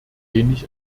wenig